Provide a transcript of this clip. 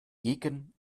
gegen